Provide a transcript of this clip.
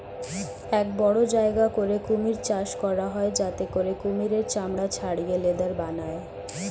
এক বড় জায়গা করে কুমির চাষ করা হয় যাতে করে কুমিরের চামড়া ছাড়িয়ে লেদার বানায়